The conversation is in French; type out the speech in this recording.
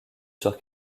sur